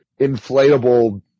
inflatable